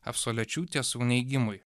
absolečių tiesų neigimui